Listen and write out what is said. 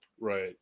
Right